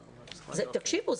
תקשיבו,